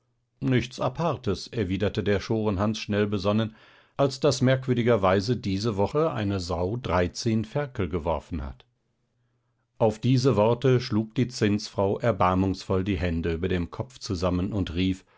nichts apartes erwiderte der schorenhans schnell besonnen als daß merkwürdigerweise diese woche eine sau dreizehn ferkel geworfen hat auf diese worte schlug die zinsfrau erbarmungsvoll die hände über dem kopf zusammen und rief